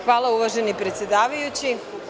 Hvala, uvaženi predsedavajući.